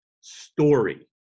story